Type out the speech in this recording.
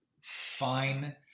fine